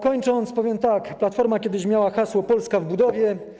Kończąc, powiem tak: Platforma kiedyś miała hasło: Polska w budowie.